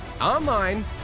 online